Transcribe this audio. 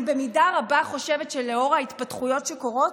אני במידה רבה חושבת שלאור ההתפתחויות שקורות,